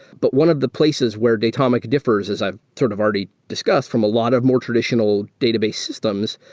but one of the places where datomic differs is i've sort of already discussed, from a lot of more traditional database systems,